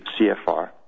CFR